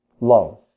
love